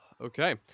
Okay